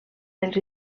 dels